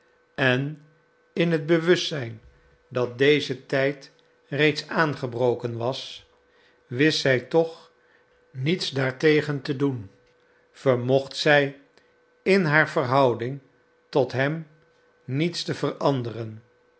en in het bewustzijn dat deze tijd reeds aangebroken was wist zij toch niets daartegen te doen vermocht zij in haar verhouding tot hem niets te veranderen